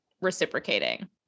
reciprocating